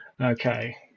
Okay